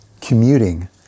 commuting